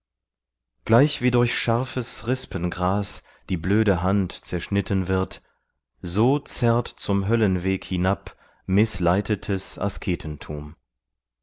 andrer gleichwie durch scharfes rispengras die blöde hand zerschnitten wird so zerrt zum höllenweg hinab mißleitetes